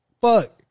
fuck